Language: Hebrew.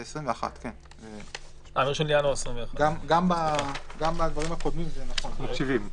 זה 2021. גם בדברים הקודמים זה נכון.